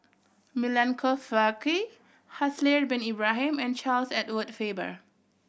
Milenko Prvacki Haslir Bin Ibrahim and Charles Edward Faber